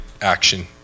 action